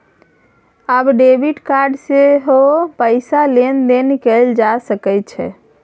आब debit card सँ सेहो पैसाक लेन देन कैल जा सकैत छै